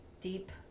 deep